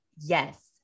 Yes